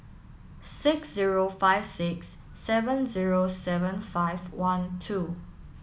six zero five six seven zero seven five one two